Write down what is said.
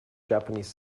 japanese